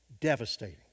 devastating